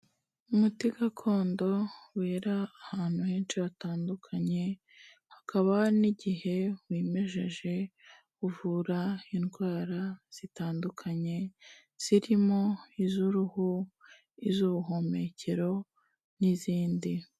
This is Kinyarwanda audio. Umuti gakondo wera ahantu henshi hatandukanye, hakaba n'igihe wimejeje, uvura indwara zitandukanye zirimo iz'uruhu, iz'ubuhumekero n'izindi.